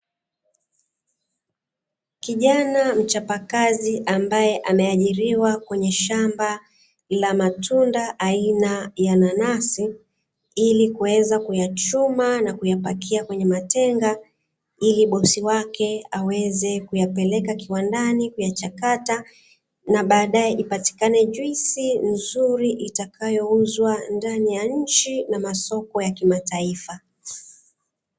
Kijana mchapakazi ambaye ameajiriwa kwenye shamba la matunda aina ya nanasi, ili kuweza kuyachuma na kuyapakia kwenye matenga, ili bosi wake aweze kuyapeleka kiwandani kuyachakata, na baadaye ipatikane juisi nzuri itakayouzwa ndani ya nchi, na masoko ya kimataifa.